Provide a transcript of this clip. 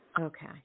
Okay